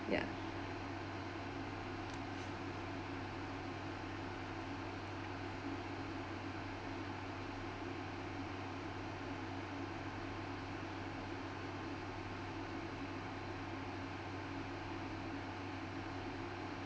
yeah